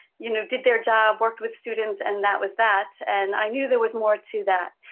you know, did their job, worked with students, and that was that. and i knew there was more to that.